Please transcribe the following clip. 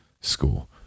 school